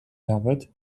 nawet